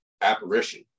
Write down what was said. apparition